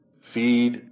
feed